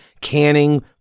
canning